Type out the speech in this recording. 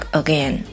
again